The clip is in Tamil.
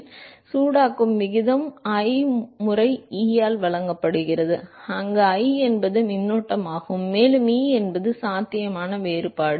எனவே சூடாக்கப்படும் விகிதம் I முறை E ஆல் வழங்கப்படுகிறது அங்கு I என்பது மின்னோட்டமாகும் மேலும் E என்பது சாத்தியமான வேறுபாடு